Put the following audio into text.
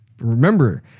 Remember